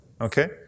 okay